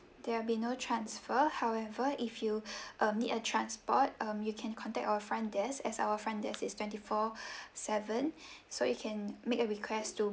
there'll be no transfer however if you um need a transport um you can contact our front desk as our front desk is twenty four seven so you can make a request to